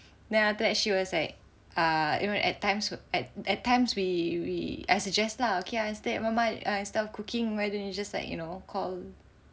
then after that she was like err even at times at times we we I suggest lah okay I say nevermind lah mama stop cooking why don't you just like you know call